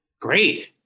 Great